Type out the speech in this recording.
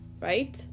right